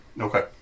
Okay